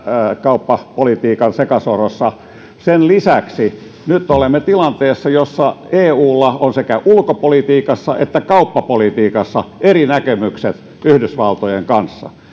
kauppapolitiikan sekasorrossa sen lisäksi nyt olemme tilanteessa jossa eulla on sekä ulkopolitiikassa että kauppapolitiikassa eri näkemykset yhdysvaltojen kanssa